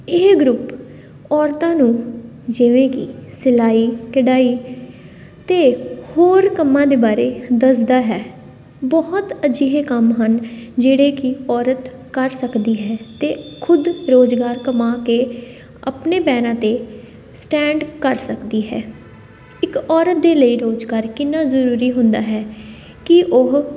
ਇਹ ਗਰੁੱਪ ਔਰਤਾਂ ਨੂੰ ਜਿਵੇਂ ਕਿ ਸਿਲਾਈ ਕਢਾਈ ਅਤੇ ਹੋਰ ਕੰਮਾਂ ਦੇ ਬਾਰੇ ਦੱਸਦਾ ਹੈ ਬਹੁਤ ਅਜਿਹੇ ਕੰਮ ਹਨ ਜਿਹੜੇ ਕਿ ਔਰਤ ਕਰ ਸਕਦੀ ਹੈ ਅਤੇ ਖੁਦ ਰੁਜ਼ਗਾਰ ਕਮਾ ਕੇ ਆਪਣੇ ਪੈਰਾਂ 'ਤੇ ਸਟੈਂਡ ਕਰ ਸਕਦੀ ਹੈ ਇੱਕ ਔਰਤ ਦੇ ਲਈ ਰੁਜ਼ਗਾਰ ਕਿੰਨਾ ਜ਼ਰੂਰੀ ਹੁੰਦਾ ਹੈ ਕਿ ਉਹ